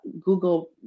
Google